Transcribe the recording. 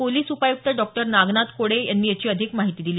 police उपआयुक्त doctor Nagnath Kode यांनी याची अधिक माहिती दिली